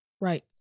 Right